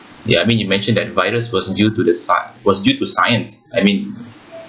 ya I mean you mentioned that virus was due to the sci~ was due to science I mean